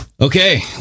Okay